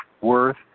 worth